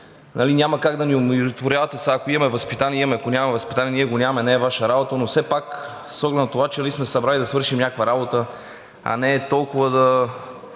нали, няма как да ни умиротворявате. Сега ако имаме възпитание – имаме, ако нямаме възпитание – ние го нямаме, не е Ваша работа, но все пак с оглед на това, че сме се събрали да свършим някаква работа, а не толкова да